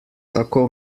tako